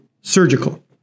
Surgical